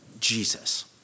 Jesus